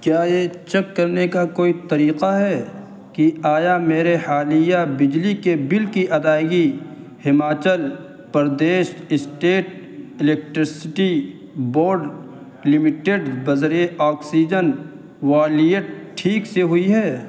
کیا یہ چیک کرنے کا کوئی طریقہ ہے کہ آیا میرے حالیہ بجلی کے بل کی ادائیگی Himachal Pradesh state electricity board limited بذریعہ آکسیجن والییٹ ٹھیک سے ہوئی ہے